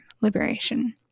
liberation